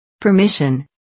Permission